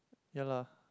ya lah